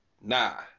Nah